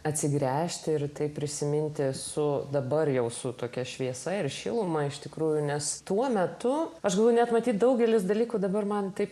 atsigręžti ir tai prisiminti su dabar jau su tokia šviesa ir šiluma iš tikrųjų nes tuo metu aš buvau net matyt daugelis dalykų dabar man taip